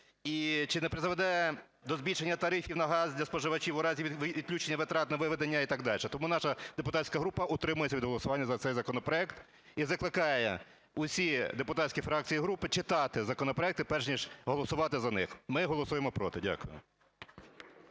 І чи не призведе до збільшення тарифів на газ для споживачів у разі відключення витрат на виведення і так далі. Тому наша депутатська група утримається від голосування за цей законопроект. І закликає усі депутатські фракції і групи читати законопроекти, перш ніж голосувати за них. Ми голосуємо "проти". Дякую.